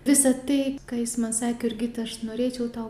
visa tai ką jis man sakė jurgita aš norėčiau tau